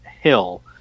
hill